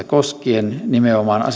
koskien annetaan nimenomaan